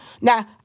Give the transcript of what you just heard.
Now